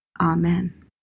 Amen